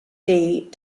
died